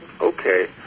okay